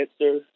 answer